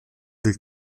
del